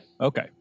okay